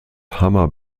hammer